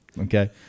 Okay